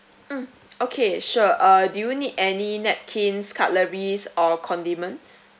mm okay sure uh do you need any napkins cutleries or condiments